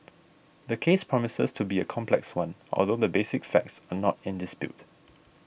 the case promises to be a complex one although the basic facts are not in dispute